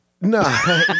No